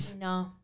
No